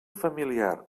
familiar